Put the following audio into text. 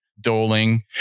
Doling